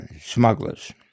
smugglers